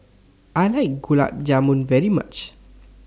I like Gulab Jamun very much